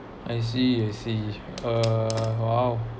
I see I see uh !wow!